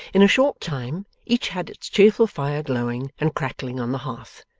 in a short time, each had its cheerful fire glowing and crackling on the hearth,